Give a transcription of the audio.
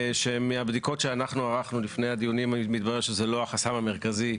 מהבדיקות שאנחנו ערכנו לפני הדיונים מתברר שזה לא החסם המרכזי,